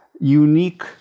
unique